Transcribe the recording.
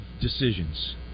decisions